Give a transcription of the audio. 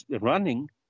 running